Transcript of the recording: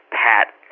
pat-